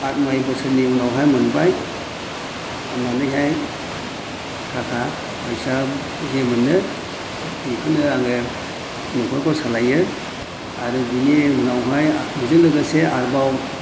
आद नय बोसोरनि उनावहाय मोनबाय फाननानैहाय थाखा फैसा जि मोनो बेखौनो आङो न'खरखौ सालायो आरो बेनि उनावहाय बेजों लोगोसे आरोबाव